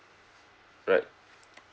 right